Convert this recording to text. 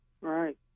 Right